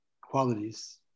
qualities